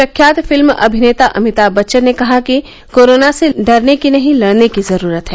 प्रख्यात फिल्म अभिनेता अमिताभ बच्चन ने कहा कि कोरोना से डरने की नहीं लड़ने की जरूरत है